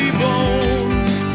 bones